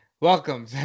welcome